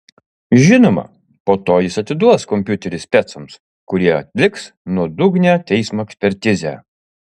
žinoma po to jis atiduos kompiuterį specams kurie atliks nuodugnią teismo ekspertizę